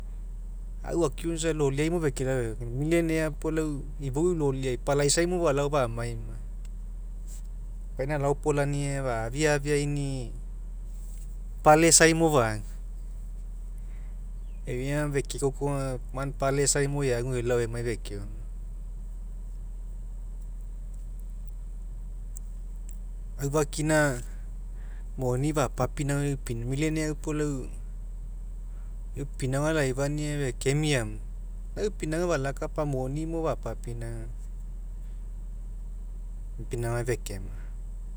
Au akiu isa loliai mo fekelao tekemai nullionaive puo ifou lofiai nio palaisai mo falao famai moia. Kapaina laoplania aga fafia afeaini'i palace ai mo fagu eu ea aga fekekoke aga man palace ai mo eagu elao emai fekeoma. Aufakina moni fapapinauga millinaire mo lau pinauga falakapa moni mo fapapinaugaini emu pinuaga fekemia.